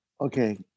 okay